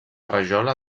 rajola